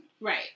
Right